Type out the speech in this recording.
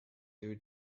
due